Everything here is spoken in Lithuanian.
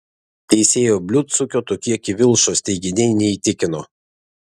teisėjo bliudsukio tokie kivilšos teiginiai neįtikino